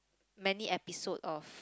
many episode of